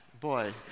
Boy